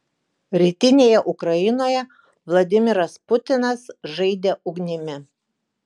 rytinėje ukrainoje vladimiras putinas žaidė ugnimi